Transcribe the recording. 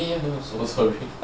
里面要用什么 smoldering